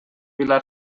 vila